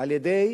על-ידי